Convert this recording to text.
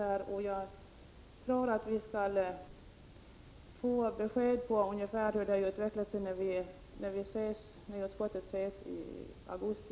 Jag tror att vi kommer att ha ett ungefärligt besked om hur detta har utvecklat sig, när utskottet ses på Gotland i augusti.